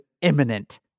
imminent